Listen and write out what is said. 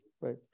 right